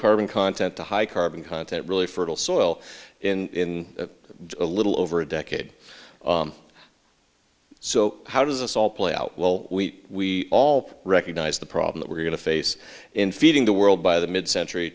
carbon content to high carbon content really fertile soil in a little over a decade so how does this all play out will we all recognise the problems we're going to face in feeding the world by the mid century